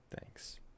Thanks